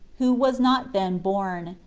who was not then born,